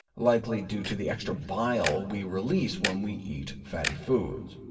likely due to the extra bile we release when we eat fatty foods.